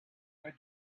red